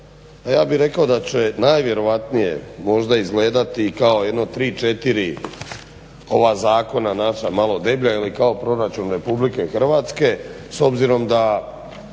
ja bih rekao da će najvjerojatnije možda izgledati kao jedno tri, četiri ova zakona naša malo deblja ili kao Proračun RH s obzirom da